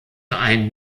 einen